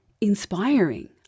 inspiring